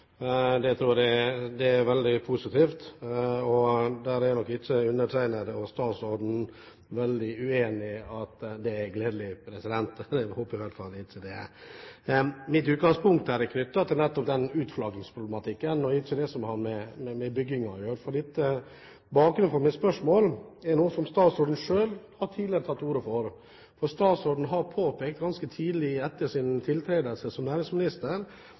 Det er veldig positivt, og jeg og statsråden er nok ikke veldig uenige om at det er gledelig – jeg håper i hvert fall ikke det. Mitt utgangspunkt er knyttet til nettopp utflaggingsproblematikken og ikke til det som har med byggingen å gjøre. Bakgrunnen for mitt spørsmål er noe som statsråden selv tidligere har tatt til orde for. Statsråden påpekte ganske tidlig etter sin tiltredelse som